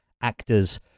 actors